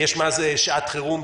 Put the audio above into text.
יש מה זה "שעת חירום",